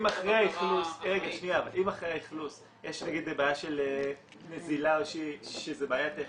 אחרי האכלוס יש בעיה של נזילה או איזה שהיא בעיה טכנית,